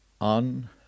on